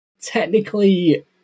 technically